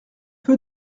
peu